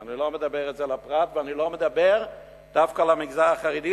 אני לא מדבר על הפרט ואני לא מדבר דווקא על המגזר החרדי,